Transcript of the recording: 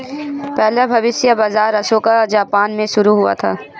पहला भविष्य बाज़ार ओसाका जापान में शुरू हुआ था